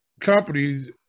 companies